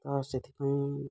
ଆଉ ସେଥିପାଇଁ